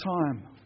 time